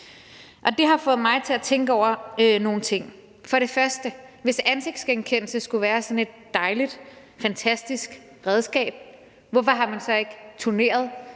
det har fået mig til at tænke over nogle ting: For det første: Hvis ansigtsgenkendelse skulle være sådan et dejligt, fantastisk redskab, hvorfor har man så ikke turneret